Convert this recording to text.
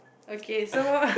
okay so